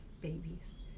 babies